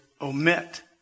omit